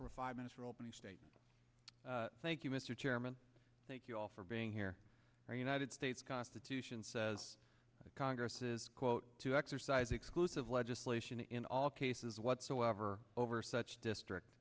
a five minute for opening statement thank you mr chairman thank you all for being here are united states constitution says that congress is quote to exercise exclusive legislation in all cases whatsoever over such district